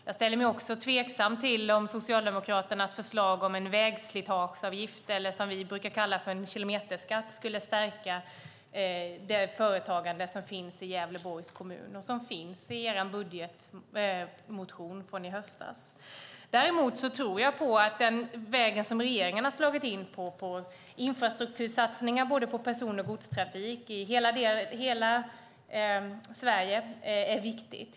Jag ställer mig också tveksam till om Socialdemokraternas förslag om en vägslitageavgift, eller vad vi brukar kalla för en kilometerskatt, skulle stärka det företagande som finns i Gävleborgs kommun och som finns i er budgetmotion från i höstas. Däremot tror jag att den väg som regeringen har slagit in på med infrastruktursatsningar på både person och godstrafik i hela Sverige är viktig.